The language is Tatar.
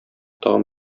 тагын